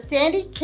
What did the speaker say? Sandy